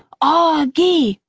ah aug-gie!